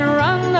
run